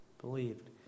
believed